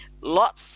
lots